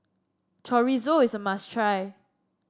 Chorizo is a must try